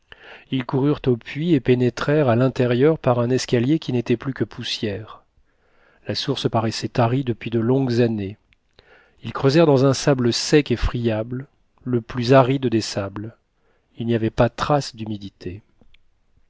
ils coururent au puits et pénétrèrent à l'intérieur par un escalier qui n'était plus que poussière la source paraissait tarie depuis de longues années ils creusèrent dans un sable sec et friable le plus aride des sables il n'y avait pas trace d'humidité